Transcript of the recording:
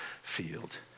field